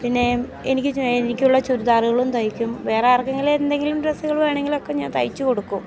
പിന്നെ എനിക്ക് എനിക്ക് ഉള്ള ചുരിദാറ്കളും തയ്ക്കും വേറെ ആർക്ക് എങ്കിലും എന്തെങ്കിലും ഡ്രസ്സ്കൾ വേണെങ്കിൽ ഒക്കെ ഞാൻ തയ്ച്ച് കൊടുക്കും